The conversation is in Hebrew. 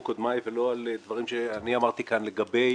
קודמיי ולא על דברים שאני אמרתי כאן לגבי